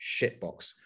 shitbox